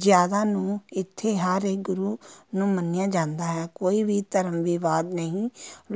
ਜ਼ਿਆਦਾ ਨੂੰ ਇੱਥੇ ਹਰ ਇੱਕ ਗੁਰੂ ਨੂੰ ਮੰਨਿਆ ਜਾਂਦਾ ਹੈ ਕੋਈ ਵੀ ਧਰਮ ਵਿਵਾਦ ਨਹੀਂ